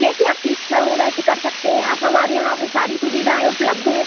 जैसी आपकी इच्छा हो वैसे कर सकते हैं आप हमारे यहाँ पर सारी सुविधाएँ उपलब्ध हैं